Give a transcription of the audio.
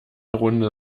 runde